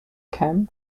cam